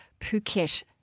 Phuket